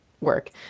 Work